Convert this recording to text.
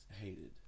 hated